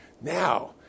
Now